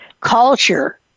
culture